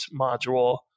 module